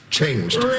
changed